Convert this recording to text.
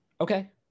Okay